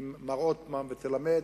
עם מר עות'מאן ותלמד,